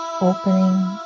opening